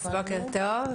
בוקר טוב,